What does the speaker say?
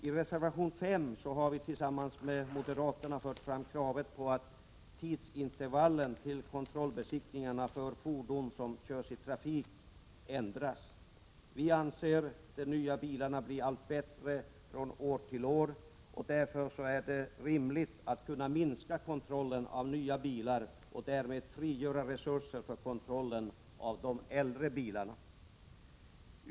I reservation 5 har vi tillsammans med moderaterna fört fram kravet på att tidsintervallen till kontrollbesiktningarna för fordon som körs i trafik ändras. Vi anser att de nya bilarna blir allt bättre från år till år. Därför är det rimligt att kunna minska kontrollen av nya bilar och därmed frigöra resurser för kontrollen av de äldre bilarna.